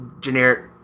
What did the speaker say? generic